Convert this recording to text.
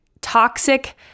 toxic